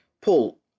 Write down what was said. Paul